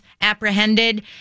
apprehended